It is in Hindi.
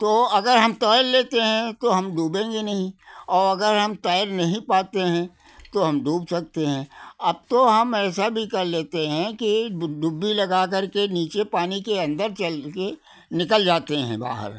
तो अगर हम तैर लेते हैं तो हम डूबेंगे नहीं और अगर हम तैर नहीं पाते हैं तो हम डूब सकते हैं अब तो हम ऐसा भी कर लेते हैं कि डुब डुब्बी लगाकर के नीचे पानी के अंदर चल के निकल जाते हैं बाहर